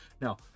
Now